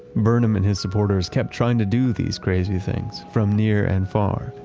burnham and his supporters kept trying to do these crazy things from near and far.